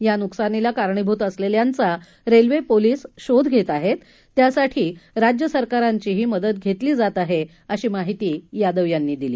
या नुकसानीला कारणीभूत असलेल्यांचा रेल्वे पोलीस शोध घेत आहेत त्यासाठी राज्यसरकारांचीही मदत घेतली जात आहे अशी माहिती यादव यांनी दिली